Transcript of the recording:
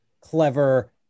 clever